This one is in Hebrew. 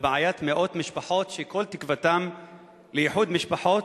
לבעיית מאות משפחות שכל תקוותן היא לאיחוד משפחות